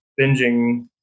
binging